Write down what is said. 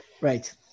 Right